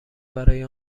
برای